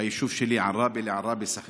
ביישוב שלי, עראבה, לעראבה, סח'נין,